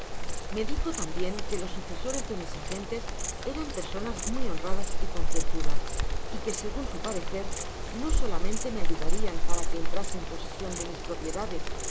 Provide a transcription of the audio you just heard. me dijo tambien que los sucesores de mis agentes eran personas muy honradas y concienzudas y que segun su parecer no solamente me ayudarian para que entrase en posesion de mis propiedades